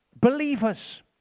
believers